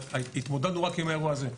אבל התמודדנו רק עם האירוע הזה.